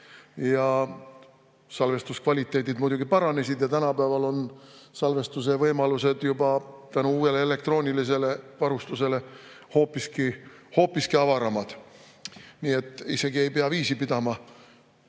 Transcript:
ja salvestuskvaliteet muidugi paranes. Tänapäeval on salvestusvõimalused juba tänu uuele elektroonilisele varustusele hoopiski avaramad. Ei pea isegi viisi pidama,